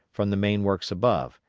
from the main works above,